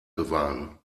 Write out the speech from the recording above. bewahren